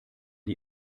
die